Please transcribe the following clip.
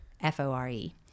F-O-R-E